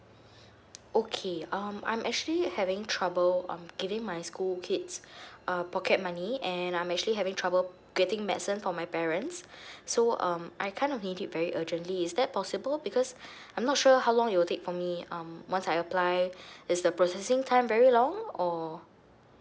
okay um I'm actually having trouble um getting my school kids uh pocket money and I'm actually having trouble getting medicine for my parents so um I kind of need it very urgently is that possible because I'm not sure how long it will take for me um once I apply is the processing time very long or